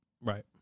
Right